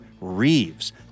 Reeves